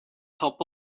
top